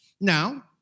Now